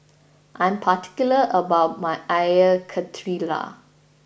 I am particular about my Air Karthira